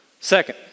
Second